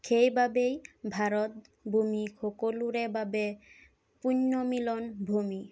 সেইবাবেই ভাৰত ভূমি সকলোৰে বাবে পুণ্য মিলন ভূমি